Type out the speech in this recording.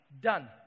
Done